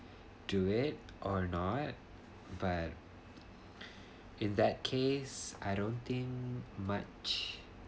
do it or not but in that case I don't think much